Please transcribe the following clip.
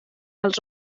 els